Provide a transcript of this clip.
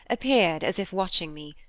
appeared as if watching me.